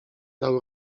dał